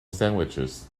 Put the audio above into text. sandwiches